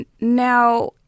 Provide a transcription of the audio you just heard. now